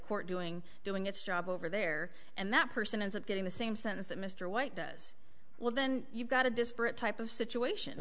court doing doing its job over there and that person ends up getting the same sentence that mr white does well then you've got a disparate type of situation